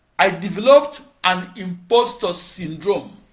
i developed an imposter syndrome.